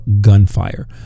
gunfire